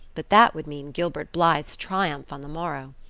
but that would mean gilbert blythe's triumph on the morrow.